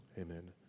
Amen